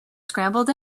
scrambled